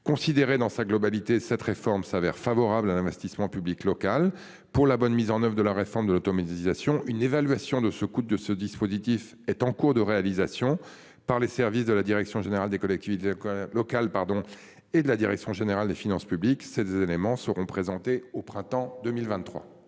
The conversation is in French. considérée dans sa globalité. Cette réforme s'avère favorable à l'investissement public local pour la bonne mise en oeuvre de la réforme de l'automatisation. Une évaluation de ce coup de ce dispositif est en cours de réalisation par les services de la direction générale des collectivités locales pardon et de la direction générale des finances publiques ces éléments seront présentés au printemps 2023.